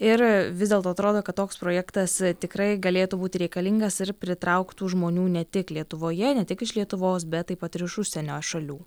ir vis dėlto atrodo kad toks projektas tikrai galėtų būti reikalingas ir pritrauktų žmonių ne tik lietuvoje ne tik iš lietuvos bet taip pat ir iš užsienio šalių